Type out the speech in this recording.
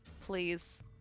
please